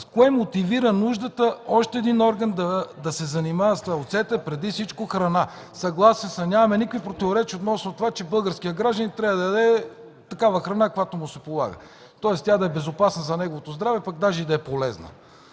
Какво мотивира нуждата още един орган да се занимава с оцета – преди всичко храна? Съгласен съм и нямаме никакви противоречия относно това, че българският гражданин трябва да яде такава храна, каквато му се полага, тоест тя да е безопасна за неговото здраве, пък даже и да е полезна.